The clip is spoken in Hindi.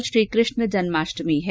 कल श्री कृष्ण जन्माष्टमी है